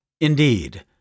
Indeed